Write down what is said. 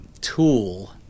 tool